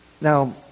Now